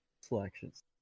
selections